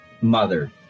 mother